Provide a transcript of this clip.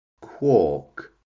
quark